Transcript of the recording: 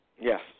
Yes